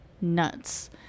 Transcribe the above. nuts